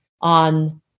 on